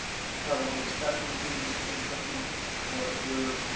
if you're part of one of the specialty teams, you're getting training or if you're,